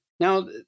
Now